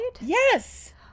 Yes